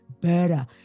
better